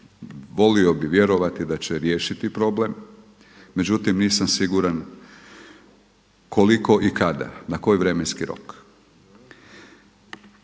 volio bih vjerovati da će riješiti problem, međutim nisam siguran koliko i kada na koji vremenski rok.